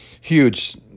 Huge